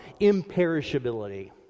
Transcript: imperishability